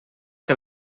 que